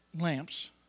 lamps